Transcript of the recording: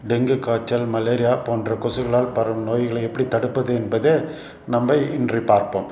dengue காய்ச்சல் malaria போன்ற கொசுக்களால் பரவும் நோய்களை எப்படி தடுப்பது என்பது நம்ம இன்று பார்ப்போம்